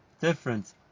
different